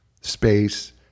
space